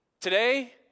Today